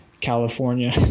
California